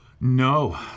No